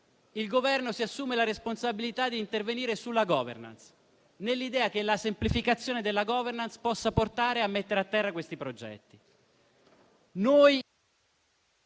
il Governo si assume la responsabilità di intervenire sulla *governance*, nell'idea che la sua semplificazione possa portare a mettere a terra questi progetti.